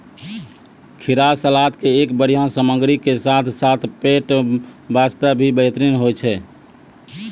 खीरा सलाद के एक बढ़िया सामग्री के साथॅ साथॅ पेट बास्तॅ भी बेहतरीन होय छै